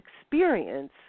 experience